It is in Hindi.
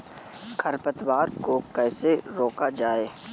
खरपतवार को कैसे रोका जाए?